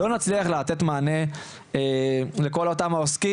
לא נצליח לתת מענה לכל אותם העוסקים